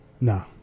No